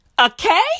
Okay